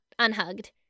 unhugged